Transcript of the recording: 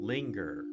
Linger